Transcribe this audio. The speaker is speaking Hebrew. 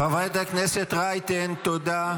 חברת הכנסת רייטן, תודה.